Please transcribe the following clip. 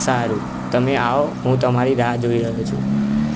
સારું તમે આવો હું તમારી રાહ જોઈ રહ્યો છું